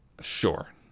sure